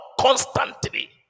constantly